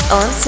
on